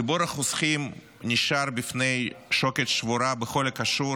ציבור החוסכים נשאר בפני שוקת שבורה בכל הקשור